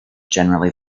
generally